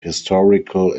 historical